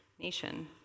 nation